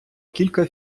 кілька